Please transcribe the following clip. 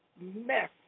mess